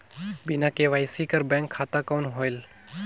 बिना के.वाई.सी कर बैंक खाता कौन होएल?